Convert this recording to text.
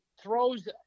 throws